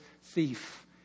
thief